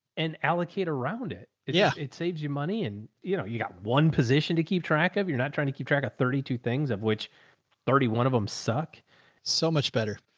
and allocate around it. yeah. it saves you money. and you know, you got one position to keep track of. you're not trying to keep track of thirty two things of which thirty one of them suck so much better.